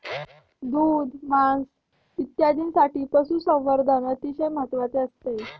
दूध, मांस इत्यादींसाठी पशुसंवर्धन अतिशय महत्त्वाचे असते